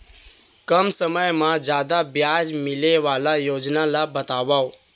कम समय मा जादा ब्याज मिले वाले योजना ला बतावव